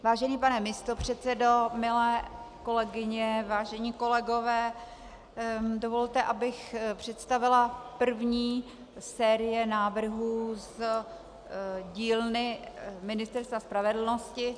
Vážený pane místopředsedo, milé kolegyně, vážení kolegové, dovolte, abych představila první ze série návrhů z dílny Ministerstva spravedlnosti.